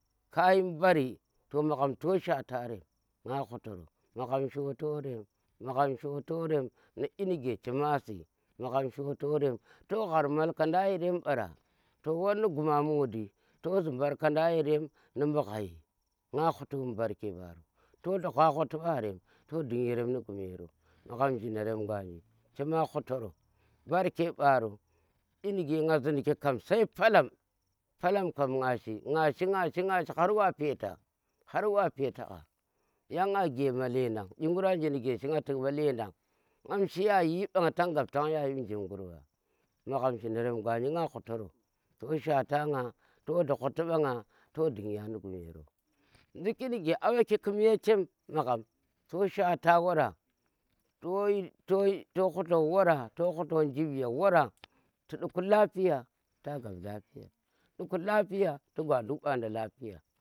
Kayi mbari to maghom to shwata rem na hutoro magham shoto ran na ke inige chema si magham shotorem toh ghar malkandi yarem ɓara toh was nu guma gukdi to zhii mbarkandi yarem ni mɓu ghai nga huto mbu barke ɓaro toh logha huti ɓarem toh ding yanremg ni gumero, magham jhinarem gwanji chema hutaro barke ɓaro inige nga ziin ki kam sai palam palam kom nga shi, nga shi, nga shi har wa peta harwa peta gha yang nga gema ledang inguri anje nige shi nga tik ɓa lendang nangm shi yayi nban tan gap tan shi yayi mbu jiim guur ɓa, magham jhinarem gwanji na hutoro to shwata nga to dli huti ɓa nga to ding ya ni gumero nduki nige a ɓaki ku me cham magham to shwata wara to yi to yi to hulo wara to hulo njip ye wara ti ɗi ku lafiya ta gap lapiya, ti di ku lafiya ta gwa nduk ɓanda lafiya.